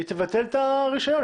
היא תבטל את הרישיון?